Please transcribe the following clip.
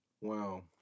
Wow